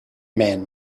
man